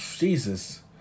Jesus